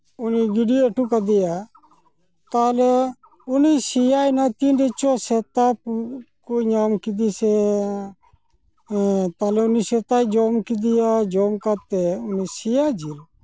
ᱩᱱᱤ ᱜᱤᱰᱤ ᱦᱚᱴᱚ ᱠᱟᱫᱮᱭᱟ ᱛᱟᱦᱚᱞᱮ ᱩᱱᱤ ᱥᱮᱭᱟᱭ ᱱᱟᱭ ᱛᱤᱱ ᱨᱮᱪᱚ ᱥᱮᱛᱟ ᱠᱚ ᱧᱟᱢ ᱠᱮᱫᱮ ᱥᱮ ᱛᱟᱦᱚᱞᱮ ᱩᱱᱤ ᱥᱮᱛᱟᱭ ᱡᱚᱢ ᱠᱮᱫᱮᱭᱟ ᱡᱚᱢ ᱠᱟᱛᱮᱫ ᱩᱱᱤ ᱥᱮᱭᱟ ᱡᱤᱞ